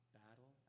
battle